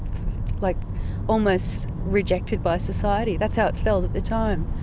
like almost rejected by society. that's how it felt at the time,